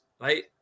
right